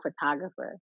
photographer